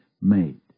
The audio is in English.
made